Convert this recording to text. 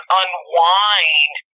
unwind